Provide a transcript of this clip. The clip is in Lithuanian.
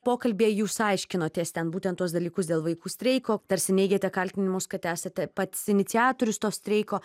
pokalbyje jūs aiškinotės ten būtent tuos dalykus dėl vaikų streiko tarsi neigiate kaltinimus kad esate pats iniciatorius to streiko